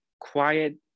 quiet